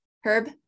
Herb